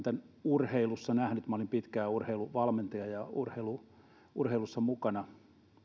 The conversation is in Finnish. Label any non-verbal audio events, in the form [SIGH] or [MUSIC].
[UNINTELLIGIBLE] tämän urheilussa nähnyt minä olin pitkään urheiluvalmentaja ja urheilussa mukana